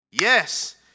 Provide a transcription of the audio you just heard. Yes